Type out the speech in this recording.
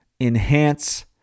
enhance